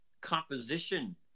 composition